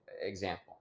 example